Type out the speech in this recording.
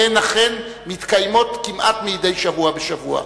והן אכן מתקיימות כמעט מדי שבוע בשבוע,